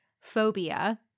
Phobia